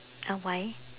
uh why